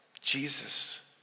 Jesus